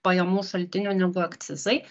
pajamų šaltinių negu akcizai